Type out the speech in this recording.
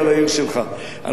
השר כחלון,